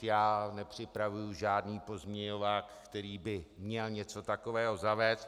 Já nepřipravuji žádný pozměňovák, který by měl něco takového zavést.